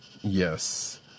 Yes